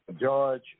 George